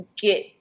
get